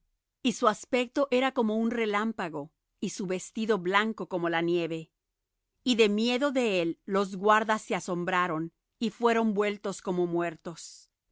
y su aspecto era como un relámpago y su vestido blanco como la nieve y de miedo de él los guardas se asombraron y fueron vueltos como muertos